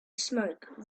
smoke